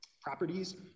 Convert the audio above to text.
properties